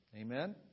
Amen